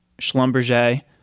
Schlumberger